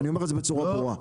אני אומר את זה בצורה ברורה.